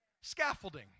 Scaffolding